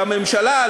לממשלה,